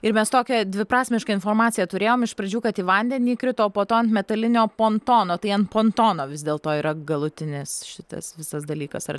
ir mes tokią dviprasmišką informaciją turėjom iš pradžių kad į vandenį įkrito o po to ant metalinio pontono tai ant pontono vis dėlto yra galutinis šitas visas dalykas ar